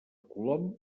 colom